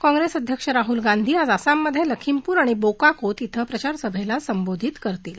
काँप्रेस अध्यक्ष राहूल गांधी आज आसाममधे लखीमपूर आणि बोकाकोत इथं प्रचारसभेला संबोधित करतील